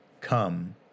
Come